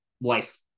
life